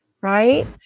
Right